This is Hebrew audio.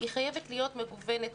היא חייבת להיות מגוונת,